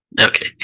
Okay